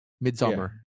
Midsummer